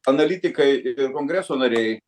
analitikai ir kongreso nariai